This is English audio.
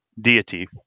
deity